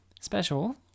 Special